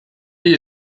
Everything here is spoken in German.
sie